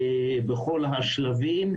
בכל השלבים,